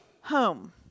Home